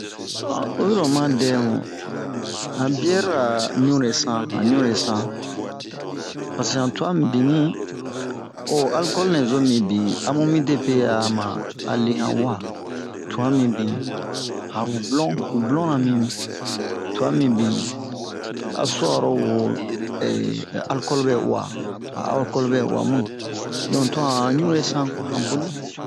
oyiro oma dɛmu han biyɛrira ɲunle-san han ɲunle-san paseke han twa mibinnni ho ho alikɔli nɛzo mibin amu midepe ama ale han wa twa mibin han hublon hublon mi twa mibin a su'aro wo a alikɔli ɓɛ uwa a alikɔli ɓɛ uwa mu'in donk to han ɲunle-san kuwa to han boni